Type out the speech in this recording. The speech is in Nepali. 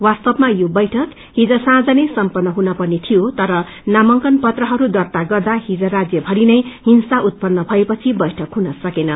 वास्तवमा यो बैठक हिज साँझ नै सम्पन्न हुन पर्ने थियो तर नामांकन पत्रहरू दर्ता गर्दा हिज राज्य भरिनै हिंसा जेप्त्र भएपछि बैठक हुन सकेन